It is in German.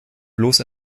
bloß